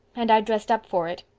and i dressed up for it.